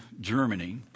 Germany